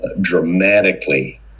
dramatically